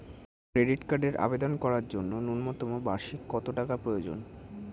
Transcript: Credit কার্ডের আবেদন করার জন্য ন্যূনতম বার্ষিক কত টাকা প্রয়োজন?